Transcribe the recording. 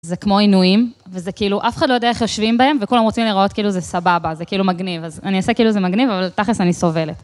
זה כמו עינויים, וזה כאילו, אף אחד לא יודע איך יושבים בהם, וכולם רוצים להראות כאילו זה סבבה, זה כאילו מגניב, אז אני עושה כאילו זה מגניב, אבל תכל'ס אני סובלת.